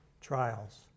trials